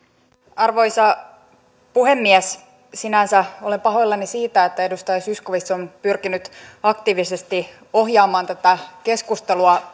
arvoisa puhemies sinänsä olen pahoillani siitä että edustaja zyskowicz on pyrkinyt aktiivisesti ohjaamaan tätä keskustelua